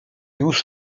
już